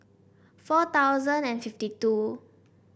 four thousand and fifty two